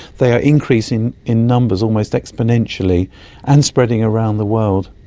they are increasing in numbers almost exponentially and spreading around the world.